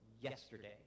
yesterday